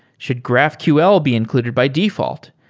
should graphql be included by default?